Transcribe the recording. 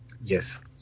Yes